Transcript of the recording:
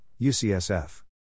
UCSF